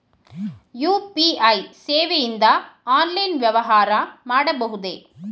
UPI ಸೇವೆಯಿಂದ online ವ್ಯವಹಾರ ಮಾಡಬಹುದೇ?